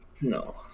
No